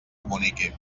comuniqui